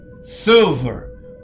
silver